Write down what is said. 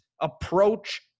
approach